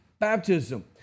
baptism